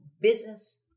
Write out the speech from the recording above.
business